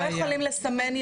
עכשיו חוגגים האלווין,